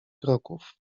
kroków